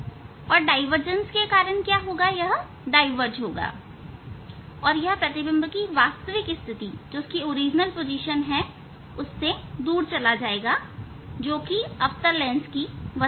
और डाईवर्जेंस के कारण यह डाईवर्ज होगा यह प्रतिबिंब की वास्तविक स्थिति से दूर जाएगा जोकि अवतल लेंस की वस्तु है